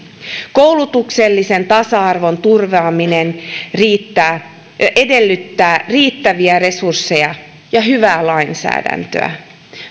koulutuksellisen tasa arvon turvaaminen edellyttää riittäviä resursseja ja hyvää lainsäädäntöä